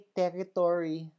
territory